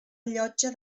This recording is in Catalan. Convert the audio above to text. llotja